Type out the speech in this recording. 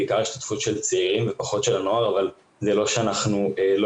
בעיקר השתתפות של צעירים ופחות של הנוער אבל זה לא שאנחנו לא